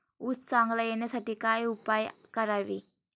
ऊस चांगला येण्यासाठी काय उपाय करावे?